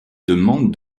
demandes